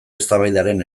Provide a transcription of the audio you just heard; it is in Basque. eztabaidaren